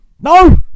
No